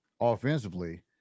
offensively